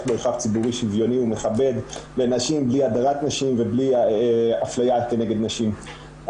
מרחב ציבורי שוויוני ומכבד בלי הדרת נשים ובלי אפלייה כנגד נשים.